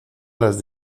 las